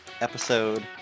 episode